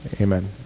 Amen